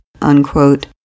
Unquote